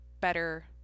better